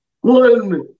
one